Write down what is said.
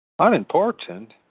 Unimportant